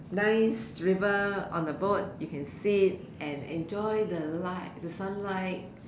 nice river on the boat you can sit and enjoy the light the sunlight